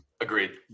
agreed